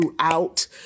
throughout